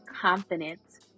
confidence